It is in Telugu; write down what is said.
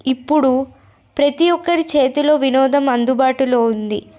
ఇప్పుడు ప్రతీ ఒక్కరి చేతిలో వినోదం అందుబాటులో ఉంది